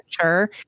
sure